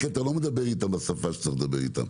כי אתה לא מדבר איתם בשפה שצריך לדבר איתם.